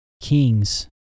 Kings